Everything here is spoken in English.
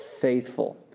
faithful